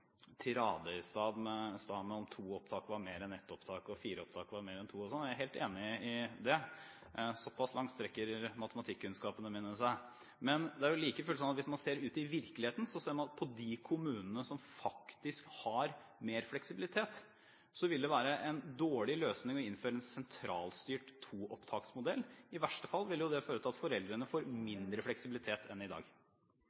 tirade om at to opptak var mer enn ett opptak, og fire opptak var mer enn to. Jeg er helt enig i det – såpass langt strekker matematikkunnskapene mine seg. Men det er like fullt slik at hvis man ser ut i virkeligheten, ser man at i de kommunene som faktisk har mer fleksibilitet, vil det være en dårlig løsning å innføre en sentralstyrt modell med to opptak. I verste fall vil det føre til at foreldrene får